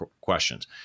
questions